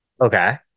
Okay